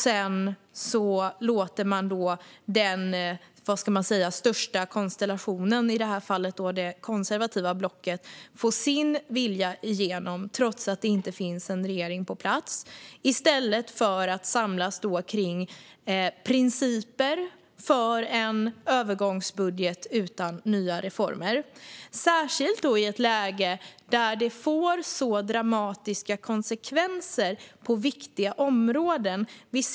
Sedan låter man den största konstellationen - i det här fallet det konservativa blocket - få sin vilja igenom, trots att det inte finns en regering på plats, i stället för att samlas kring principer för en övergångsbudget utan nya reformer - detta i ett läge där det får dramatiska konsekvenser på viktiga områden.